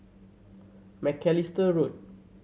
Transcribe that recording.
Macalister Road